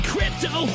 Crypto